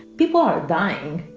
people are dying.